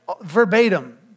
verbatim